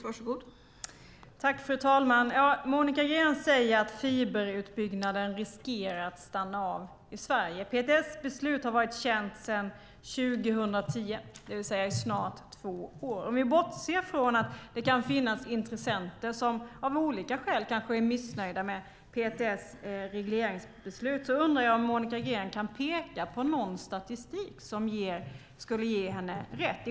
Fru talman! Monica Green säger att fiberutbyggnaden riskerar att stanna av i Sverige. PTS beslut har varit känt sedan 2010, det vill säga i snart två år. Om vi bortser från att det kan finnas intressenter som av olika skäl kanske är missnöjda med PTS regleringsbeslut undrar jag om Monica Green kan peka på någon statistik som skulle ge henne rätt.